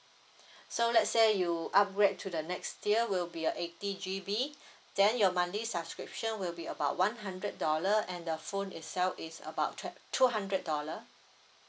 so let say you upgrade to the next tier will be a eighty G_B then your monthly subscription will be about one hundred dollar and the phone itself is about twelve two hundred dollar